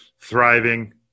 thriving